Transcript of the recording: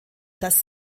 dass